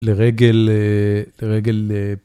לרגל.. לרגל..